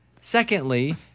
Secondly